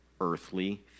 earthly